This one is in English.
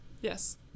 Yes